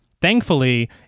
Thankfully